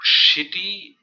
shitty